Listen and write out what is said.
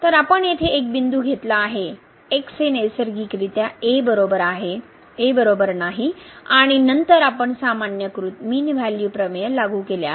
तर आपण येथे एक बिंदू घेतला आहे x हे नैसर्गिकरित्या a बरोबर नाही आणि नंतर आपण सामान्यीकृत मीन व्हॅल्यू प्रमेय लागू केले आहे